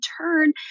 turn